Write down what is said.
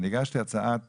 אני הגשתי הצעה לסדר: